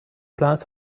plans